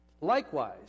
Likewise